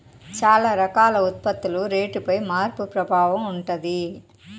చాలా రకాల ఉత్పత్తుల రేటుపై మార్పు ప్రభావం ఉంటది